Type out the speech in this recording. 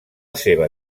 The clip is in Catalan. seva